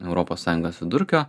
europos sąjungos vidurkio